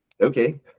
Okay